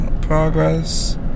Progress